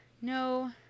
no